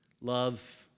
Love